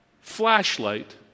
flashlight